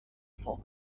vor